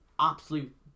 absolute